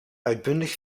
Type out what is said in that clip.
uitbundig